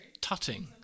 tutting